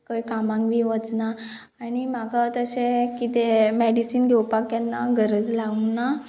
खंय कामांक बी वचना आनी म्हाका अतशें कितें मॅडिसीन घेवपाक केन्ना गरज लावूंक ना